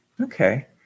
okay